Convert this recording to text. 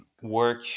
work